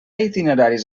itineraris